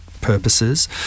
purposes